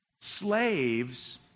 slaves